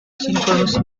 synchronous